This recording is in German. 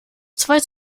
zwei